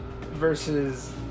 Versus